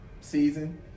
season